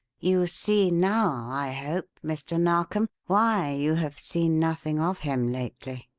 you see now, i hope, mr. narkom, why you have seen nothing of him lately?